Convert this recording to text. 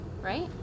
right